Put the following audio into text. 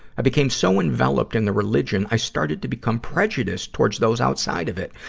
i became so enveloped in the religion, i started to become prejudiced towards those outside of it,